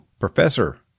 Professor